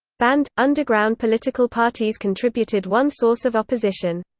banned, underground political parties contributed one source of opposition.